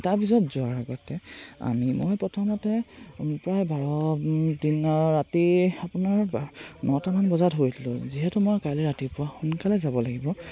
তাৰপিছত যোৱাৰ আগতে আমি মই প্ৰথমতে প্ৰায় বাৰ দিনৰ ৰাতি আপোনাৰ নটামান বজাত শুইছিলোঁ যিহেতু মই কাইলৈ ৰাতিপুৱা সোনকালে যাব লাগিব